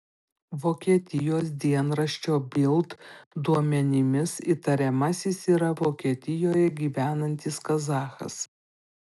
vokietijos dienraščio bild duomenimis įtariamasis yra vokietijoje gyvenantis kazachas